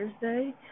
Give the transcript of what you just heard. Thursday